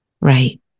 Right